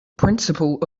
principle